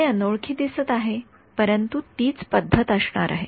ते अनोळखी दिसत आहे परंतु तीच पद्धत असणार आहे